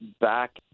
back